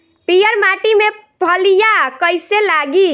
पीयर माटी में फलियां कइसे लागी?